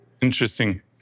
Interesting